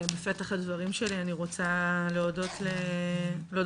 בפתח הדברים שלי אני רוצה להודות לך,